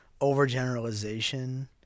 overgeneralization